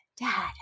Dad